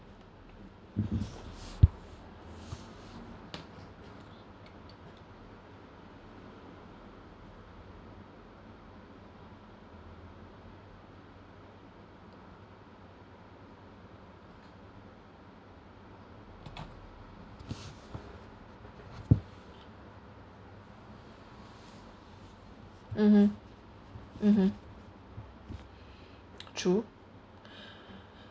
mmhmm mmhmm true